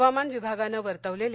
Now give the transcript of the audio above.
हवामान विभागानं वर्तवलेल्या